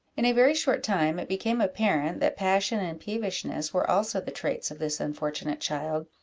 in a very short time, it became apparent that passion and peevishness were also the traits of this unfortunate child,